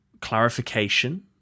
clarification